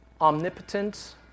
omnipotent